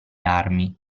armi